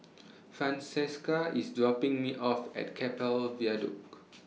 Francesca IS dropping Me off At Keppel Viaduct